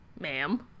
Ma'am